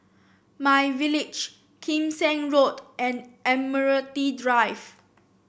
MyVillage Kim Seng Road and Admiralty Drive